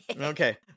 Okay